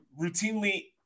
routinely